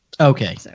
Okay